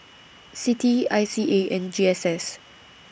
CITI I C A and G S S